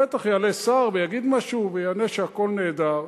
בטח יעלה שר ויגיד משהו ויענה שהכול נהדר.